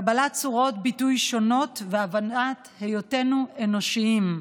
קבלת צורות ביטוי שונות והבנת היותנו אנושיים.